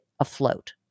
afloat